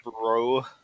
bro